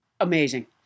Amazing